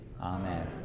Amen